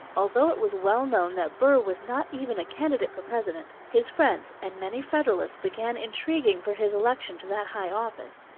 although it was well known that burr was not even a candidate for president, his friends and many federalists began intriguing for his election to that high office.